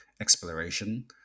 exploration